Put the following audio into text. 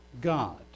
God